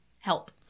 help